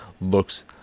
looks